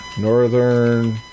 Northern